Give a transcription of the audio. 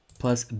plus